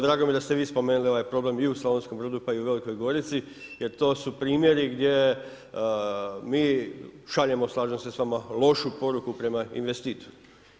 Drago mi je da ste vi spomenuli ovaj problem i u Slavonskom Brodu pa i u Velikoj Gorici jer to su primjeri gdje šaljemo, slažem se s vama, lošu poruku prema investitorima.